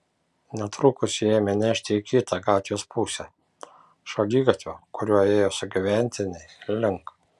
netrukus jį ėmė nešti į kitą gatvės pusę šaligatvio kuriuo ėjo sugyventiniai link